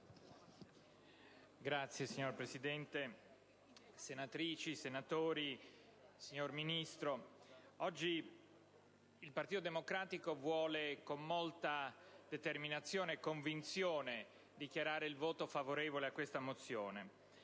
*(PD)*. Signora Presidente, senatrici, senatori, signor Ministro, oggi il Partito Democratico, con molta determinazione e convinzione, dichiara il suo voto favorevole su questa mozione.